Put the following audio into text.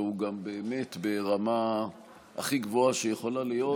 והוא באמת ברמה הכי גבוהה שיכולה להיות,